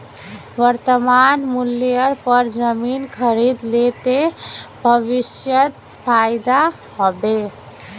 वर्तमान मूल्येर पर जमीन खरीद ले ते भविष्यत फायदा हो बे